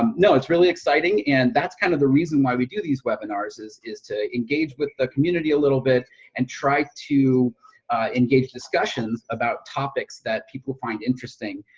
um no it's really exciting and that's kind of the reason why we do these webinars is is to engage with the community a little bit and try to engage discussions about topics that people find interesting.